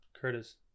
Curtis